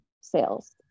sales